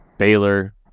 Baylor